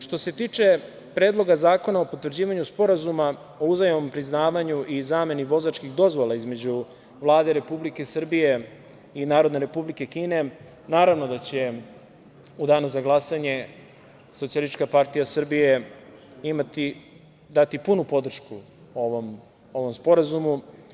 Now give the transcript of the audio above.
Što se tiče Predloga zakona o potvrđivanju Sporazuma o uzajamnom priznavanju i zameni vozačkih dozvola između Vlade Republike Srbije i Narodne Republike Kine, naravno da će u danu za glasanje SPS dati punu podršku ovom sporazumu.